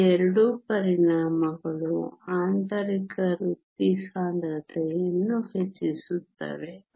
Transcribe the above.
ಈ ಎರಡೂ ಪರಿಣಾಮಗಳು ಆಂತರಿಕ ವೃತ್ತಿ ಸಾಂದ್ರತೆಯನ್ನು ಹೆಚ್ಚಿಸುತ್ತವೆ